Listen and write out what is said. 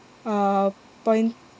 uh point